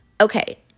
Okay